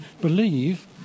believe